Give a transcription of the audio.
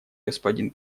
господин